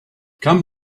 come